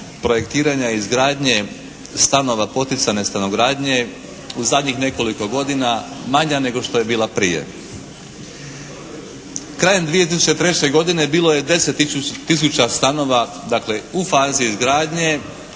projektiranja izgradnje stanova poticajne stanogradnje u zadnjih nekoliko godina manja nego što je bila prije. Krajem 2003. godine bilo je 10 tisuća stanova dakle u fazi izgradnje,